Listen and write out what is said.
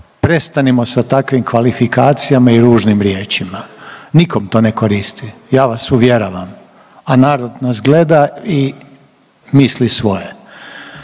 prestanimo sa takvim kvalifikacijama i ružnim riječima. Nikom to ne koristi. Ja vas uvjeravam, a narod nas gleda i misli svoje.